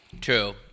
True